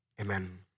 Amen